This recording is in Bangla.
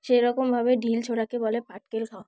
সেইরকমভাবে ঢিল ছোঁড়াকে বলে পাটকেল খাওয়া